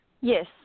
Yes